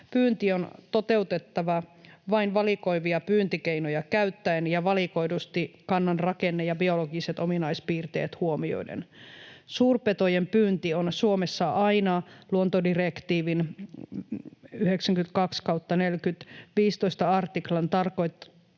Pyynti on toteutettava vain valikoivia pyyntikeinoja käyttäen ja valikoidusti kannan rakenne ja biologiset ominaispiirteet huomioiden. Suurpetojen pyynti on Suomessa aina luontodirektiivin (92/43) 15 artiklan tarkoittamalla